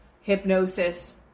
hypnosis